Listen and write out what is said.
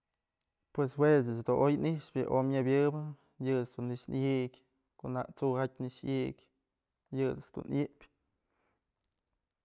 Pues jue ëch dun oy ni'ixpë yë omyë nebyëbë yë ëch dun nëkx ayëkyë ko'o nak t'sujatyë nëkx yëyëk yët's dun ayëpyë.